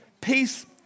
Peace